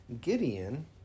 Gideon